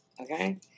Okay